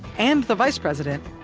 and the vice president.